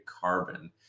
Carbon